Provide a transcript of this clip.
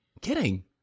Kidding